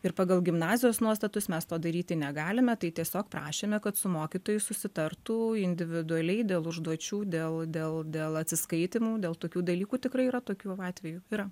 ir pagal gimnazijos nuostatus mes to daryti negalime tai tiesiog prašėme kad su mokytoju susitartų individualiai dėl užduočių dėl dėl dėl atsiskaitymų dėl tokių dalykų tikrai yra tokių atvejų yra